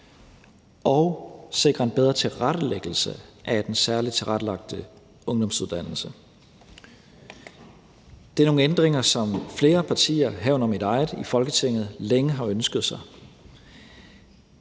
og sikre en bedre tilrettelæggelse af den særligt tilrettelagte ungdomsuddannelse. Det er nogle ændringer, som flere partier, herunder mit eget, i Folketinget længe har ønsket sig.